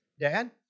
Dad